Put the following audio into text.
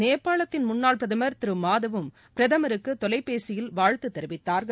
நேபாளத்தின் முன்னாள் பிரதமர் திரு மாதவ்வும் பிரதமருக்கு தொலைபேசியில் வாழ்த்து தெரிவித்தார்கள்